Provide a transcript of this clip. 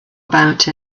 about